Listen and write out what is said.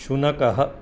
शुनकः